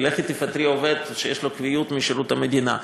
כי לכי תפטרי עובד שיש לו קביעות בשירות המדינה.